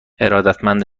ارادتمند